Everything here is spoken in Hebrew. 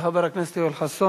של חבר הכנסת יואל חסון.